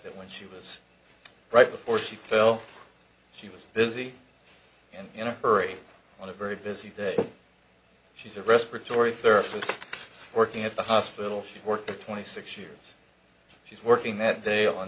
that when she was right before she fell she was busy and in a hurry on a very busy day she's a respiratory therapist working at the hospital she worked twenty six years she's working that day on